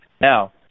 Now